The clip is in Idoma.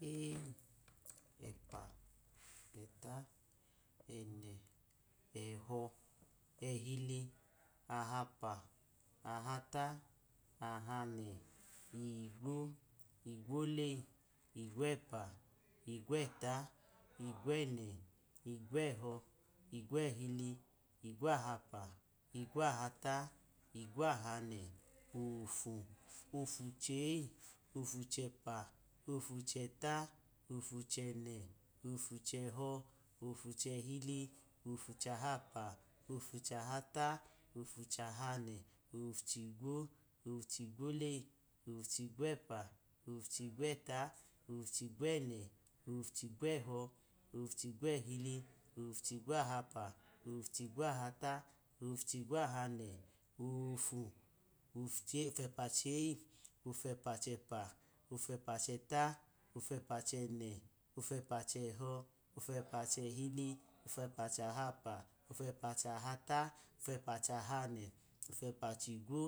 Eye, ẹpa, ẹta ẹnẹ, ẹhọ, ehili, ahapa, ahata, ahanẹ, igwo, igwoleyi, igwo ẹpu, igwo eta, igwo ẹnẹ, igwo ẹhọ, igwo ẹhili, igwo abapa, igwo ahata, igwo ahane, ofu, ofucciyi, ofu chẹpa, ofu cheta, ofu chẹnẹ, ofu chehọ, ofu chẹhichi, ofuchahapa, ofuchahata, ofu chahanẹ, ofuchigwo, ofuchigwo leyi, ofu chigwo epa, ofu chigwo ẹta, ofu chigwo ẹnẹ, ofu chigwo ehọ, ofu chigwo ehili, ofu chigwo ahapa, ofu chigwo ahata, ofu chigwo ahane, ofu ẹpa cheyi, ofu ẹpa cheap, ofu ẹpa cheta, ofu ẹpa chene, ofu ẹpa chẹho̱, ofu ẹpa chẹhili, ofu ẹpa chahapa, ofu ẹpa chahata, ofu ẹpa chahanẹ, ofu ẹpa chigwo,